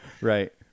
right